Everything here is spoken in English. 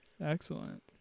excellent